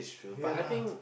ya lah